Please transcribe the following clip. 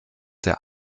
der